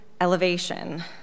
elevation